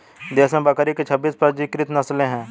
देश में बकरी की छब्बीस पंजीकृत नस्लें हैं